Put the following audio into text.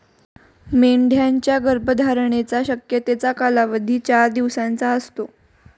मेंढ्यांच्या गर्भधारणेच्या शक्यतेचा कालावधी चार दिवसांचा असतो